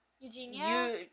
Eugenia